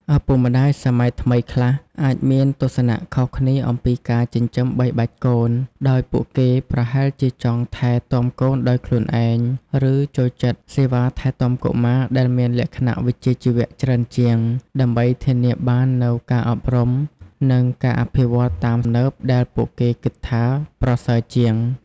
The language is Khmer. ឪពុកម្ដាយសម័យថ្មីខ្លះអាចមានទស្សនៈខុសគ្នាអំពីការចិញ្ចឹមបីបាច់កូន ដោយពួកគេប្រហែលជាចង់ថែទាំកូនដោយខ្លួនឯង ឬចូលចិត្តសេវាថែទាំកុមារដែលមានលក្ខណៈវិជ្ជាជីវៈច្រើនជាង ដើម្បីធានាបាននូវការអប់រំ និងការអភិវឌ្ឍន៍តាមស្តង់ដារទំនើបដែលពួកគេគិតថាប្រសើរជាង។